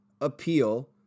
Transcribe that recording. appeal